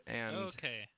Okay